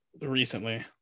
recently